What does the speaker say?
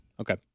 Okay